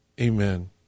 Amen